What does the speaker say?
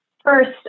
First